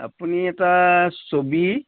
আপুনি এটা ছবি